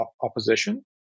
opposition